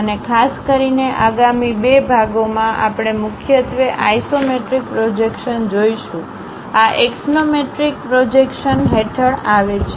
અને ખાસ કરીને આગામી બે ભાગોમાં આપણે મુખ્યત્વે આઇસોમેટ્રિક પ્રોજેક્શન જોશું આ એક્સોનોમેટ્રિક પ્રોજેક્શન હેઠળ આવે છે